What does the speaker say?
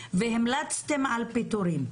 והמלצתם על פיטורים,